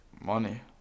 Money